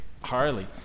Harley